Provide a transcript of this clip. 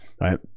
right